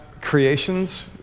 creations